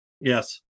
Yes